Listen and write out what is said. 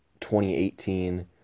2018